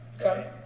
okay